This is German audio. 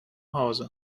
hause